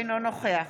אינו נוכח